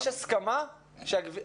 יש הסכמה שרוב,